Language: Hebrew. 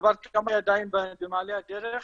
עבר כמה ידיים במעלה הדרך,